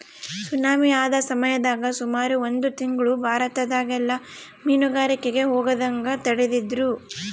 tsunami ಆದ ಸಮಯದಾಗ ಸುಮಾರು ಒಂದು ತಿಂಗ್ಳು ಭಾರತದಗೆಲ್ಲ ಮೀನುಗಾರಿಕೆಗೆ ಹೋಗದಂಗ ತಡೆದಿದ್ರು